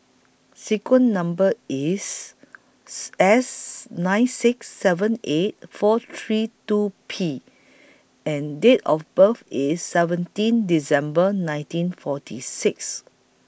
sequence Number IS S nine six seven eight four three two P and Date of birth IS seventeen December nineteen forty six